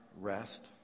rest